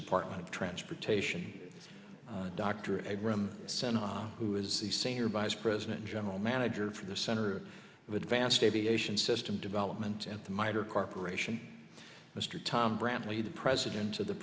department of transportation dr center who is the senior vice president general manager for the center of advanced aviation system development at the miter corporation mr tom bradley the president of the